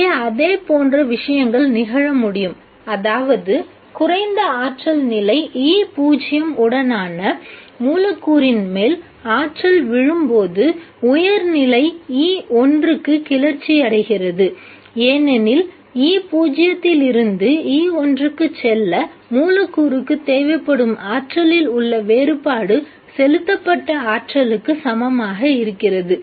இங்கே அதே போன்ற விஷயங்கள் நிகழ முடியும் அதாவது குறைந்த ஆற்றல் நிலை E0 உடனான மூலக்கூறின் மேல் ஆற்றல் விழும்போது உயர் நிலை E1 க்கு கிளர்ச்சியடைகின்றது ஏனெனில் E0 யிலிருந்து E1 க்கு செல்ல மூலக்கூறுக்கு தேவைப்படும் ஆற்றலில் உள்ள வேறுபாடு செலுத்தப்பட்ட ஆற்றலுக்கு சமமாக இருக்கிறது